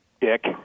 Dick